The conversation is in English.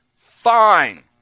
fine